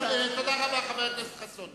תודה רבה, חבר הכנסת חסון.